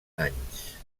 anys